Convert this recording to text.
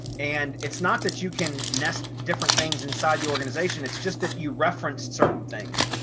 and it's not that you can nest different things inside the organization, it's just that you reference certain things.